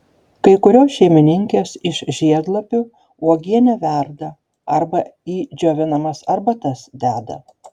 kai kurios šeimininkės iš žiedlapių uogienę verda arba į džiovinamas arbatas deda